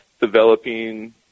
developing